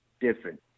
different